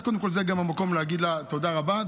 אז קודם כול, זה גם המקום להגיד לה תודה רבה.